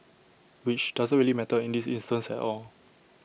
which doesn't really matter in this instance at all